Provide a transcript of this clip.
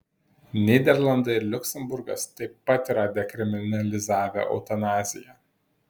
nyderlandai ir liuksemburgas taip pat yra dekriminalizavę eutanaziją